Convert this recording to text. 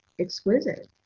exquisite